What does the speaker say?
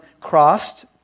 crossed